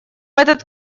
этот